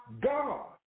God